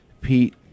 Pete